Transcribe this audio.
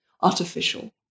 artificial